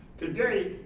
today,